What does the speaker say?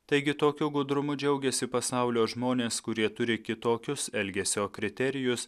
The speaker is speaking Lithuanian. taigi tokio gudrumo džiaugėsi pasaulio žmonės kurie turi kitokius elgesio kriterijus